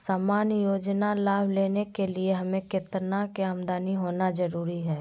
सामान्य योजना लाभ लेने के लिए हमें कितना के आमदनी होना जरूरी है?